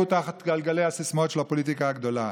תחת גלגלי הסיסמאות של הפוליטיקה הגדולה.